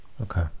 Okay